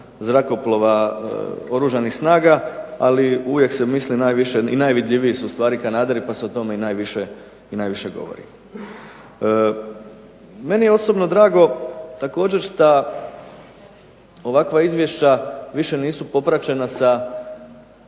zrakoplova Oružanih snaga, ali uvijek se misli najviše i najvidljiviji su kanaderi pa se ustvari o tome i najviše govori. Meni osobno je drago također što ovakva Izvješća više nisu popraćena sa